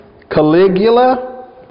caligula